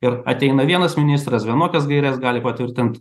ir ateina vienas ministras vienokias gaires gali patvirtint